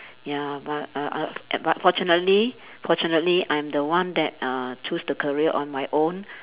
ya but uh uh uh but fortunately fortunately I'm the one that uh choose the career on my own